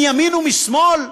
מימין ומשמאל?